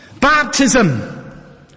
baptism